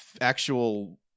actual